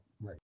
right